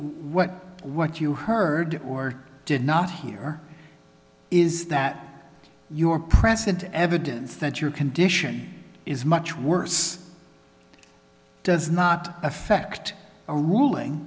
what what you heard or did not hear is that your present evidence that your condition is much worse does not affect a ruling